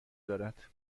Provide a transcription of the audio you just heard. دارد